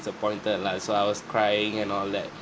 disappointed lah so I was crying and all that